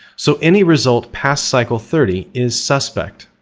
so any result past cycle thirty is suspect.